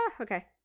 okay